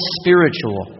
spiritual